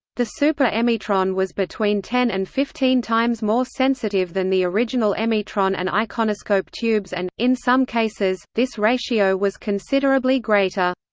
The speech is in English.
the super-emitron was between ten and fifteen times more sensitive than the original emitron and iconoscope tubes and, in some cases, this ratio was considerably greater.